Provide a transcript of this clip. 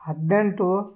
ಹದಿನೆಂಟು